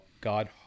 God